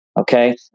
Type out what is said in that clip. Okay